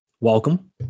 welcome